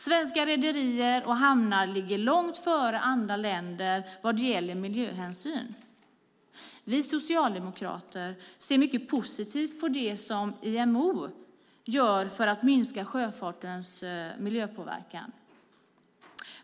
Svenska rederier och hamnar ligger långt före andra länders vad gäller miljöhänsyn. Vi socialdemokrater ser mycket positivt på det som IMO gör för att minska sjöfartens miljöpåverkan.